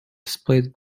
displayed